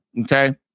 Okay